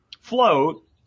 Float